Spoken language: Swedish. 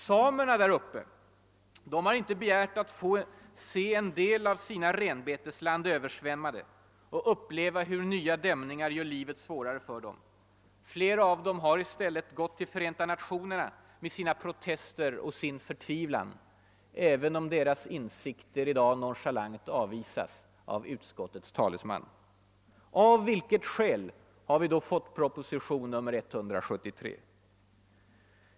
Samerna där uppe har inte begärt att få se en del av sina renbetesland översvämmade och behöva uppleva hur nya dämningar gör livet svårare för dem. Flera av dem har i stället gått till Förenta Nationerna med sina protester och sin förtvivlan, även om deras insikter nonchalant avvisas i dag av utskottets talesman. Av vilket skäl har vi då fått proposition nr 173?